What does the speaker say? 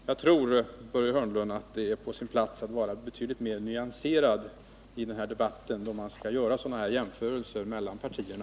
Jag tror, Börje Hörnlund, att det är på sin plats att vara betydligt mera nyanserad i den här debatten då man skall göra jämförelser mellan partierna.